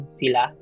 sila